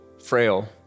frail